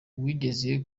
wigeze